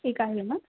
ठीक आहे मग